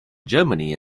germany